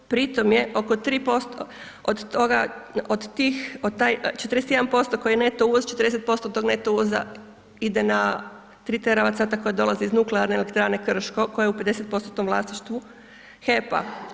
Pri tome je oko 3%, od tih, 41% koji je neto uvoz, 40% tog neto uvoza ide na ... koji dolaze iz Nuklearne elektrane Krške koja je u 50%-tnom vlasništvu HEP-a.